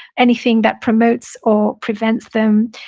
anything that promotes or prevents them.